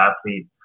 athlete